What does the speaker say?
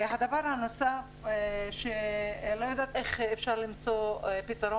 הדבר הנוסף שאני לא יודעת איך אפשר למצוא פתרון